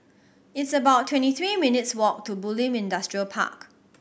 it's about twenty three minutes' walk to Bulim Industrial Park